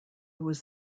was